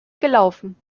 gelaufen